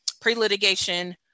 pre-litigation